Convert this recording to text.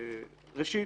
ראשית,